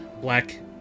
black